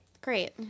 Great